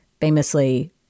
famously